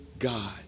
God